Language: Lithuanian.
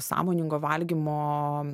sąmoningo valgymo